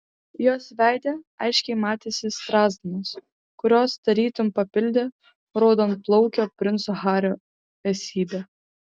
jos veide aiškiai matėsi strazdanos kurios tarytum papildė raudonplaukio princo hario esybę